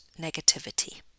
negativity